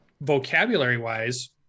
Vocabulary-wise